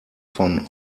von